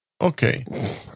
Okay